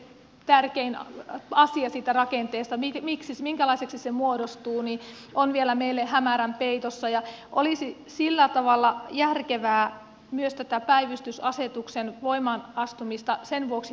kaikki se tärkein asia siitä rakenteesta minkälaiseksi se muodostuu on vielä meille hämärän peitossa ja olisi sillä tavalla järkevää myös tätä päivystysasetuksen voimaan astumista sen vuoksi lykätä